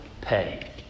pay